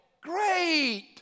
great